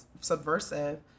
subversive